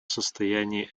состоянии